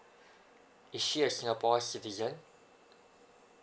is she a singapore citizen